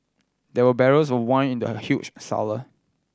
there were barrels of wine in the huge cellar